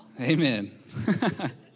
Amen